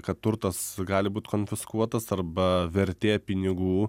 kad turtas gali būt konfiskuotas arba vertė pinigų